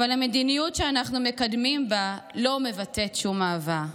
אבל המדיניות שאנחנו מקדמים בה לא מבטאת שום אהבה.